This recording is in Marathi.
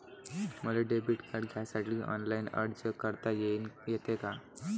मले डेबिट कार्ड घ्यासाठी ऑनलाईन अर्ज करता येते का?